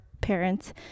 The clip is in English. parents